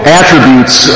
attributes